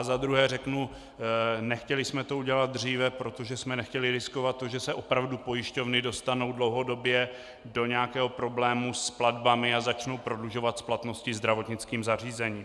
Za druhé, nechtěli jsme to udělat dříve, protože jsme nechtěli riskovat to, že se opravdu pojišťovny dostanou dlouhodobě do nějakého problému s platbami a začnou prodlužovat splatnosti zdravotnickým zařízením.